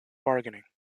bargaining